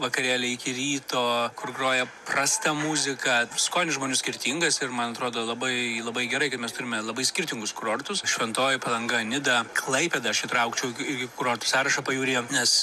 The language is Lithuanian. vakarėliai iki ryto kur groja prasta muzika skonis žmonių skirtingas ir man atrodo labai labai gerai kad mes turime labai skirtingus kurortus šventoji palanga nida klaipėdą aš įtraukčiau į kurortų sąrašą pajūryje nes